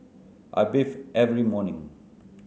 I bathe every morning